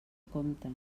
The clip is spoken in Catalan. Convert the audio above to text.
compte